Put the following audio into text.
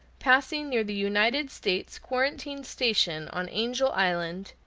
passing near the united states quarantine station on angel island,